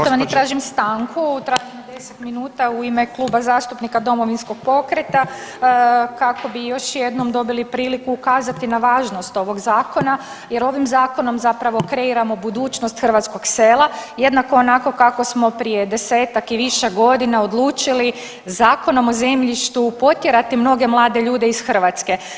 Tražim stanku, tražim 10 minuta u ime Kluba zastupnika Domovinskog pokreta kako bi još jednom dobili priliku ukazati na važnost ovog zakona, jer ovim zakonom zapravo kreiramo budućnost hrvatskog sela jednako onako kako smo prije desetak i više godina odlučili zakonom o zemljištu potjerati mnoge mlade ljude iz Hrvatske.